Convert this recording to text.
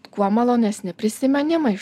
kuo malonesni prisimenimai iš